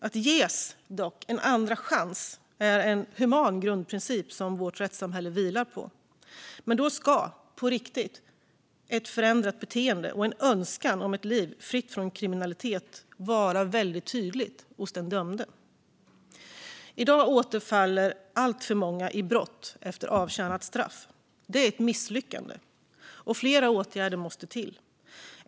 Att ges en andra chans är dock en human grundprincip som vårt rättssamhälle vilar på. Men då ska, på riktigt, ett förändrat beteende och en önskan om ett liv fritt från kriminalitet vara väldigt tydliga hos den dömde. I dag återfaller allt för många i brott efter avtjänat straff. Det är ett misslyckande. Flera åtgärder måste till.